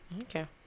Okay